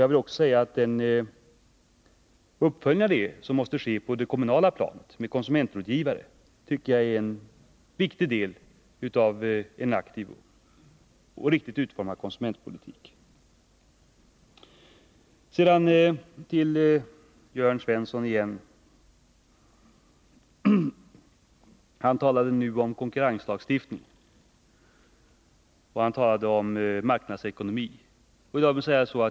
Jag vill också säga att jag tycker uppföljningen med konsumentrådgivare på det kommunala planet är en viktig del av en aktiv och riktigt utformad konsumentpolitik. Sedan till Jörn Svensson igen. Han talade nu om konkurrenslagstiftning och om marknadsekonomi.